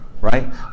Right